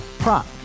Prop